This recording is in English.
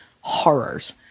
horrors